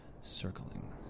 circling